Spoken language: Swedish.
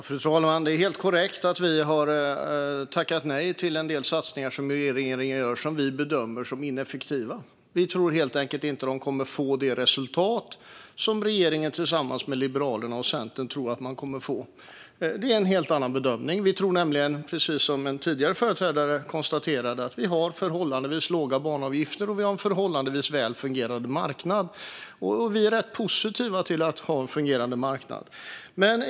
Fru talman! Det är helt korrekt att vi har tackat nej till en del av regeringens satsningar som vi bedömer som ineffektiva. Vi tror inte att de kommer att ge det resultat som regeringen tillsammans med Liberalerna och Centern tror. Vi gör en helt annan bedömning. Vi tycker nämligen, precis som tidigare företrädare konstaterade, att Sverige har förhållandevis låga banavgifter och en förhållandevis välfungerande marknad, vilket vi är positiva till. Fru talman!